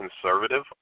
conservative